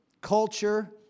culture